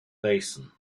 basin